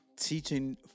teaching